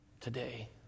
today